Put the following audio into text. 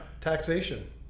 taxation